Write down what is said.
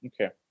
Okay